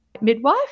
midwife